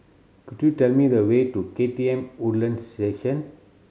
could you tell me the way to K T M Woodlands Station